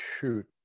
shoot